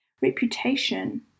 reputation